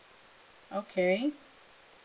okay